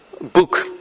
book